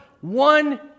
one